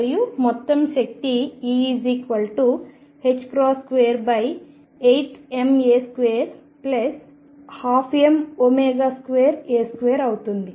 మరియు మొత్తం శక్తి E 28ma212m2a2 అవుతుంది